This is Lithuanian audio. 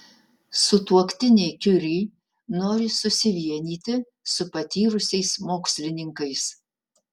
sutuoktiniai kiuri nori susivienyti su patyrusiais mokslininkais